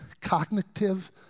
cognitive